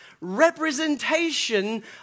representation